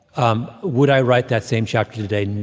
um would i write that same chapter today?